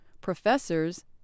professors